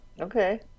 Okay